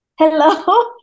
hello